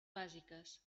bàsiques